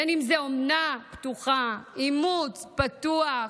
אם זה אומנה פתוחה, אימוץ פתוח,